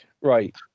right